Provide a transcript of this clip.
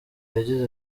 yagize